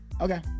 Okay